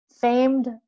famed